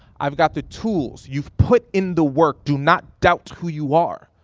i've got the tools, you've put in the work. do not doubt who you are.